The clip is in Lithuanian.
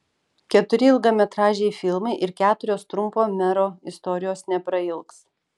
keturi ilgametražiai filmai ir keturios trumpo mero istorijos neprailgs